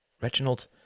Reginald